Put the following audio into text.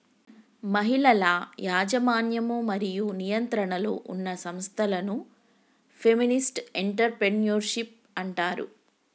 మహిళల యాజమాన్యం మరియు నియంత్రణలో ఉన్న సంస్థలను ఫెమినిస్ట్ ఎంటర్ ప్రెన్యూర్షిప్ అంటారు